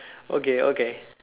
okay okay